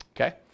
okay